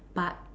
but